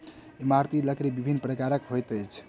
इमारती लकड़ी विभिन्न प्रकारक होइत अछि